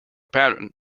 pattern